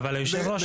היושב-ראש,